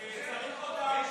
לשלוח במטוס,